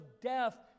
death